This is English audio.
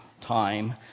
time